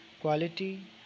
quality